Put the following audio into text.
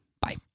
Bye